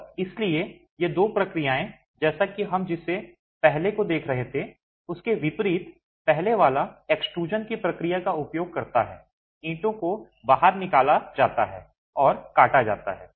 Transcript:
और इसलिए ये दो प्रक्रियाएं जैसा कि हम जिस पहले को देख रहे थे उसके विपरीत पहले वाला एक्सट्रूज़न की प्रक्रिया का उपयोग करता है ईंटों को बाहर निकाला जाता है और काटा जाता है